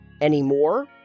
anymore